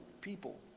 people